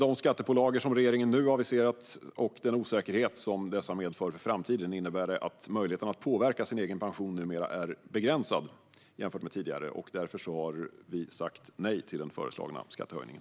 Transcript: De skattepålagor som regeringen nu har aviserat, och den osäkerhet som dessa medför för framtiden, innebär att möjligheten att påverka sin egen pension numera är begränsad jämfört med tidigare. Därför har vi sagt nej till den föreslagna skattehöjningen.